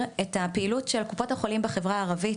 את הפעילות של קופות החולים בחברה הערבית,